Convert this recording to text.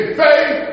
faith